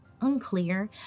unclear